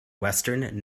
western